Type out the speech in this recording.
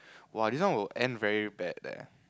!wow! this one will end very bad leh